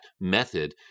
method